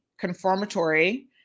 conformatory